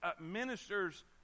Ministers